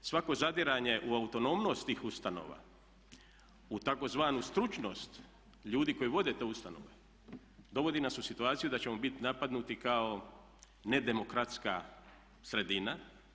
Svako zadiranje u autonomnost tih ustanova, u tzv. stručnost ljudi koji vode te ustanove dovodi nas u situaciju da ćemo bit napadnuti kao nedemokratska sredina.